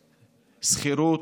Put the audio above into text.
שכירות,